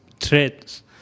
threats